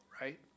right